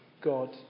God